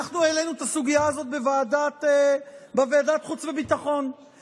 אנחנו העלינו את הסוגיה הזאת בוועדת חוץ וביטחון,